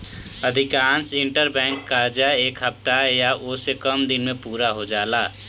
अधिकांश इंटरबैंक कर्जा एक हफ्ता या ओसे से कम दिन में पूरा हो जाला